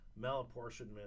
malapportionment